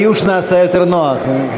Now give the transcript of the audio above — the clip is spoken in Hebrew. הייאוש נעשה יותר נוח.